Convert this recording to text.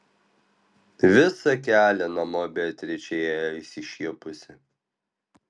visą kelią namo beatričė ėjo išsišiepusi